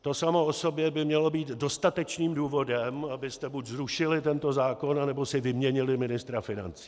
To samo o sobě by mělo být dostatečným důvodem, abyste buď zrušili tento zákon, nebo si vyměnili ministra financí.